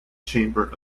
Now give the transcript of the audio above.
chamber